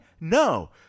No